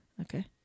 Okay